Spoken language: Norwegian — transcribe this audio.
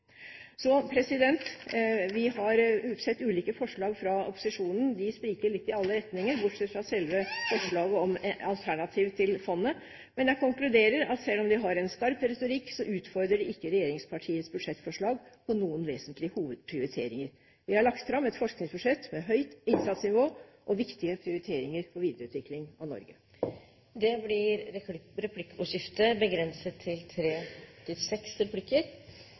Vi har sett ulike forslag fra opposisjonen. De spriker litt i alle retninger, bortsett fra selve forslaget om alternativ til fondet. Men jeg konkluderer: Selv om de har en skarp retorikk, utfordrer de ikke regjeringspartienes budsjettforslag når det gjelder noen vesentlige hovedprioriteringer. Vi har lagt fram et forskningsbudsjett med høyt innsatsnivå og viktige prioriteringer for videreutvikling av Norge. Det blir replikkordskifte.